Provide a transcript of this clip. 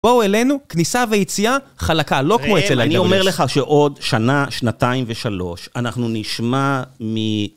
בואו אלינו, כניסה ויציאה, חלקה, לא כמו אצל הידי וויאסט. אני אומר לך שעוד שנה, שנתיים ושלוש, אנחנו נשמע מ...